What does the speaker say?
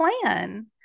plan